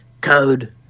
Code